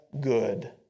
good